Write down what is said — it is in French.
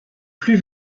plus